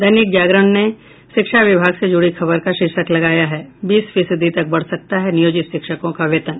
दैनिक जागरण ने शिक्षा विभाग से जुड़ी खबर का शीर्षक लगाया है बीस फीसदी तक बढ़ सकता है नियोजित शिक्षकों का वेतन